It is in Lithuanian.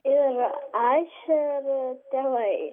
ir aš ir tėvai